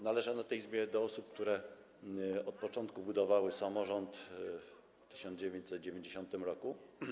Należę w tej Izbie do osób, które od początku budowały samorząd w 1990 r.